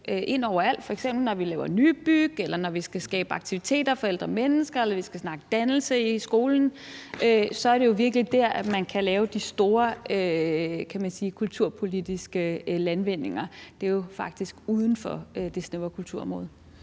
ind overalt. Når vi f.eks. laver nybyggeri, eller når vi skal skabe aktiviteter for ældre mennesker eller vi skal snakke dannelse i skolen, er det jo virkelig der, man kan lave de store kulturpolitiske landvindinger. Det er faktisk uden for det snævre kulturområde.